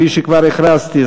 כפי שכבר הכרזתי,